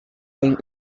lying